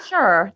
Sure